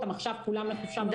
עכשיו לחופשה.